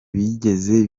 byigeze